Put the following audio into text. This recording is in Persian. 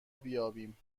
بیابیم